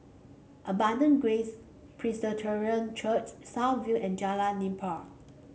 Abundant Grace Presbyterian Church South View and Jalan Nipah